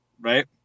right